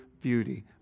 beauty